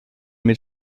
mit